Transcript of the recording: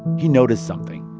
he noticed something.